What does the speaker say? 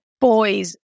boys